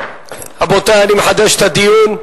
רבותי, אני מחדש את הדיון,